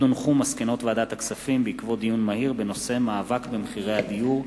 מסקנות ועדת הכספים בעקבות דיון מהיר בנושא: מאבק במחירי הדיור,